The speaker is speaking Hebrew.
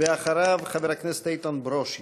אחריו, חבר הכנסת איתן ברושי.